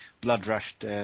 blood-rushed